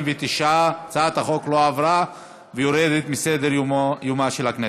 49. הצעת החוק לא עברה ויורדת מסדר-יומה של הכנסת.